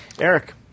Eric